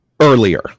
earlier